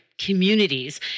communities